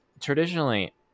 traditionally